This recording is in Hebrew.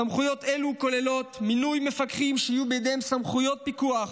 סמכויות אלו כוללות מינוי מפקחים שיהיו בידיהם סמכויות פיקוח,